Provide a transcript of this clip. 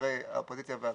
חברי האופוזיציה והקואליציה,